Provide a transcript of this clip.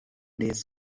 days